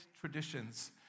traditions